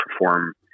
perform